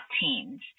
teams